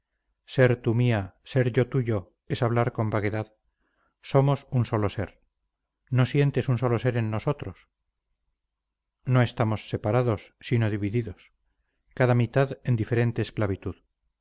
ser tú mía ser yo tuyo es hablar con vaguedad somos un solo ser no sientes un solo ser en nosotros no estamos separados sino divididos cada mitad en diferente esclavitud